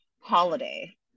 holiday